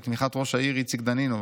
בתמיכת ראש העיר איציק דנינו,